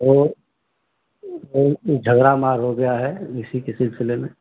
वह झगड़ा मार हो गया है इसिके सिलसिले में